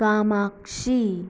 Kamakshi